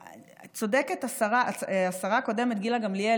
צודקת השרה הקודמת גילה גמליאל.